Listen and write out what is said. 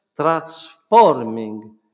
transforming